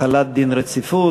החלת דין רציפות.